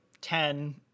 ten